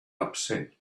upset